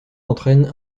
entraîne